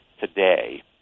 today